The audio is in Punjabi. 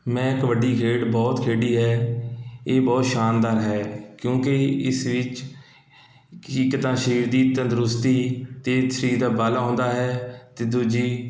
ਮੈਂ ਕਬੱਡੀ ਖੇਡ ਬਹੁਤ ਖੇਡੀ ਹੈ ਇਹ ਬਹੁਤ ਸ਼ਾਨਦਾਰ ਹੈ ਕਿਉਂਕਿ ਇਸ ਵਿੱਚ ਇੱਕ ਤਾਂ ਸਰੀਰ ਦੀ ਤੰਦਰੁਸਤੀ ਅਤੇ ਸਰੀਰ ਦਾ ਬਲ ਆਉਂਦਾ ਹੈ ਅਤੇ ਦੂਜੀ